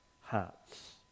hearts